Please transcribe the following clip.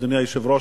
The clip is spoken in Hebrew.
אדוני היושב-ראש,